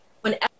whenever